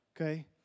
Okay